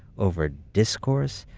over discourse,